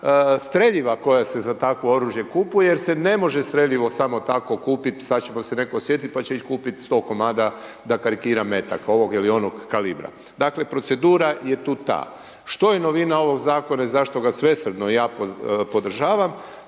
streljiva koja se za takvo oružje kupuje jer se ne može streljivo samo tako kupiti, sad će se netko sjetit pa će ići kupiti 100 komada, da karikiram, metaka ovog ili onog kalibra. Dakle, procedura je tu ta. Što je novina ovog Zakona i zašto ga svesrdno ja podržavam?